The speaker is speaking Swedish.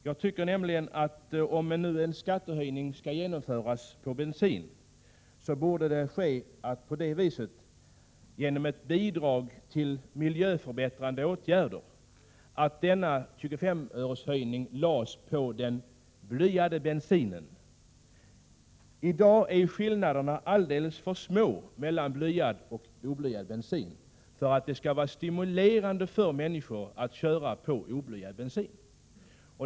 Jag tycker nämligen att om en höjning av skatten på bensin skall genomföras, så bör höjningen ske genom ett bidrag till miljöförbättrande åtgärder. Denna 25-öreshöjning borde läggas på den blyade bensinen. I dag är skillnaderna alldeles för små mellan blyad och oblyad bensin för att det skall vara stimulerande för människor att köra på oblyad bensin.